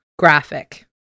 graphic